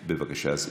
ועדת הכספים, בבקשה.